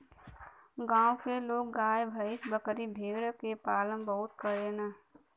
गांव के लोग गाय भैस, बकरी भेड़ के पालन बहुते करलन